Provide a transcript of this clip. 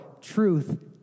truth